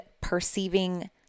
perceiving